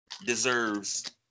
deserves